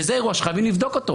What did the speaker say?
וזה אירוע שחייבים לבדוק.